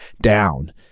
down